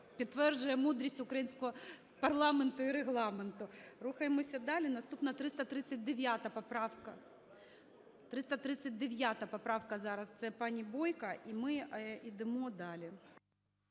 підтверджує мудрість українського парламенту і Регламенту. Рухаємося далі. Наступна – 339 поправка, 339 поправка зараз, це пані Бойко. І ми йдемо далі.